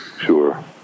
Sure